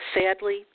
Sadly